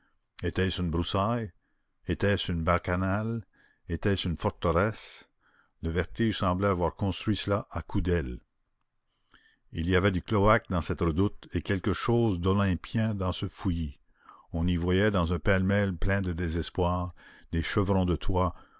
était-ce une broussaille était-ce une bacchanale était-ce une forteresse le vertige semblait avoir construit cela à coups d'aile il y avait du cloaque dans cette redoute et quelque chose d'olympien dans ce fouillis on y voyait dans un pêle-mêle plein de désespoir des chevrons de toits